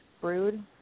brood